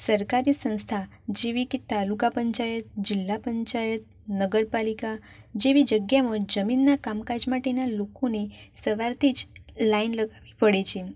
સરકારી સંસ્થા જેવી કે તાલુકા પંચાયત જિલ્લા પંચાયત નગર પાલિકા જેવી જગ્યાઓ જમીનનાં કામકાજ માટેના લોકોને સવારથી જ લાઈન લગાવવી પડે છે